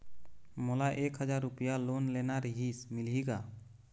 मोला एक हजार रुपया लोन लेना रीहिस, मिलही का?